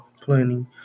planning